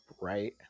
right